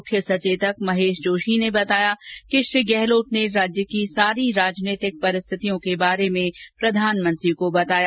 मुख्य सचेतक महेश जोशी ने बताया कि श्री गहलोत ने राज्य की सारी राजनीतिक परिस्थितियों के बारे में प्रधानमंत्री को बताया